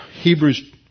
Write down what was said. Hebrews